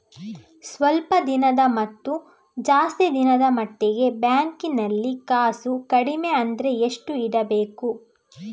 ಸ್ವಲ್ಪ ದಿನದ ಮತ್ತು ಜಾಸ್ತಿ ದಿನದ ಮಟ್ಟಿಗೆ ಬ್ಯಾಂಕ್ ನಲ್ಲಿ ಕಾಸು ಕಡಿಮೆ ಅಂದ್ರೆ ಎಷ್ಟು ಇಡಬೇಕು?